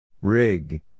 Rig